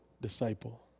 disciple